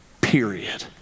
period